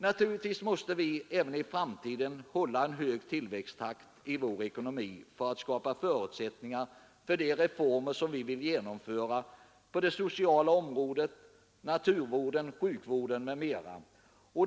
Naturligtvis måste vi även i framtiden ha hög tillväxttakt i vår ekonomi för att skapa förutsättningar för de reformer som vi vill genomföra på det sociala området, naturvården, sjukvården m.m.